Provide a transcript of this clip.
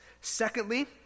Secondly